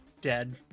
dead